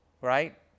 right